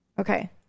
okay